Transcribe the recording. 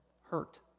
hurt